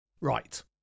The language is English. Right